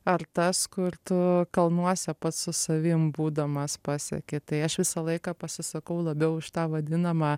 ar tas kur tu kalnuose pats su savim būdamas paseki tai aš visą laiką pasisakau labiau už tą vadinamą